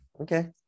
Okay